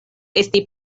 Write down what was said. esti